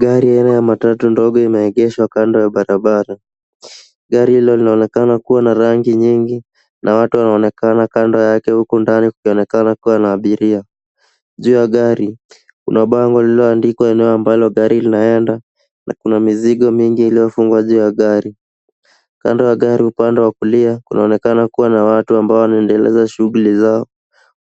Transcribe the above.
Gari aina ya matatu ndogo imeegeshwa kando ya barabara. Gari hilo linaonekana kuwa na rangi nyingi na watu wanaonekana kando yake huku ndani kukionekana kuwa na abiria. Juu ya gari, kuna bango lililoandikwa eneo ambalo gari linaenda na kuna mizigo mingi iliyofungwa juu ya gari. Kando ya gari, upande wa kulia, kunaonekana kuwa na watu ambao wanaendeleza shuhguli zao